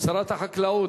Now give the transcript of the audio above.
שרת החקלאות,